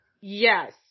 Yes